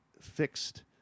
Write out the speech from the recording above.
fixed